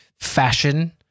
fashion